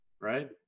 Right